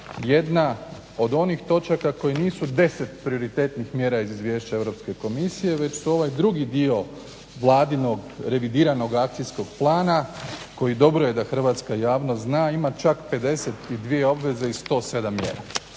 jedna od onih točaka koji nisu 10 prioritetnih mjera iz izvješća Europske komisije, već su ovaj drugi dio Vladinog revidiranog akcijskog plana koji dobro je da hrvatska javnost zna ima čak 52 obveze i 107 mjera,